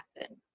happen